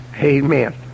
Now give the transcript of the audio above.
Amen